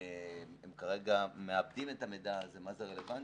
הם כרגע מעבדים את המידע הזה, מה זה רלוונטי,